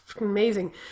amazing